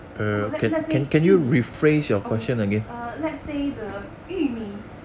err okay let let's say 玉米 okay err let's say the 玉米